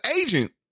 agent